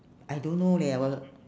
I don't know leh I work